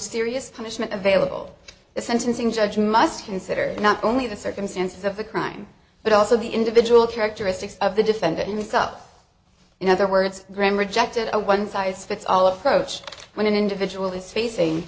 serious punishment available the sentencing judge must consider not only the circumstances of the crime but also the individual characteristics of the defendant in this up in other words graham rejected a one size fits all approach when an individual is facing